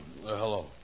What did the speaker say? hello